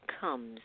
comes